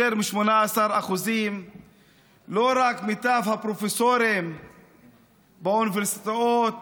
יותר מ-18% לא רק מיטב הפרופסורים באוניברסיטאות,